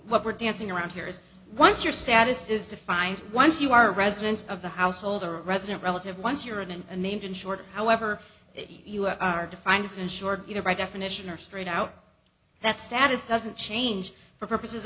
what we're dancing around here is once your status is defined once you are residents of the household or resident relative once you're in and named in short however you are defined as insured either by definition or straight out that status doesn't change for purposes